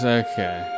okay